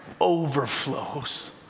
overflows